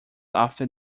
after